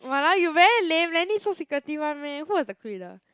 !walao! you very lame then need so secretive [one] meh who was the crew leader